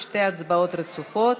לשתי הצבעות רצופות,